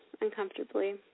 Uncomfortably